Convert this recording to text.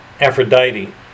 Aphrodite